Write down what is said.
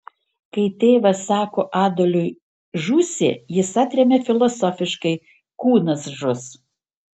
kai tėvas sako adoliui žūsi jis atremia filosofiškai kūnas žus